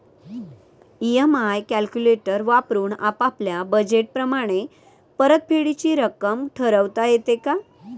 EMI calculator वापरून आपापल्या budget प्रमाणे परतफेडीची रक्कम ठरवता येते का?